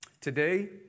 Today